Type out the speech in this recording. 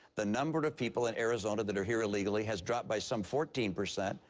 the number of people in arizona that are here illegally has dropped by some fourteen percent,